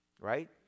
right